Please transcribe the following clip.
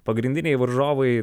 pagrindiniai varžovai